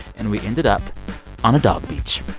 and we ended up on a dog beach.